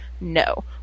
No